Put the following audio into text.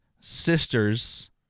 sister's